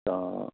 ਤਾਂ